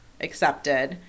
accepted